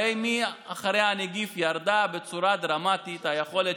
הרי אחרי הנגיף ירדו בצורה דרמטית היכולת